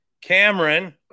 Cameron